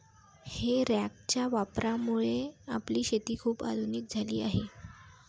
हे रॅकच्या वापरामुळे आपली शेती खूप आधुनिक झाली आहे